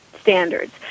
standards